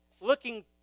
looking